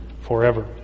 forever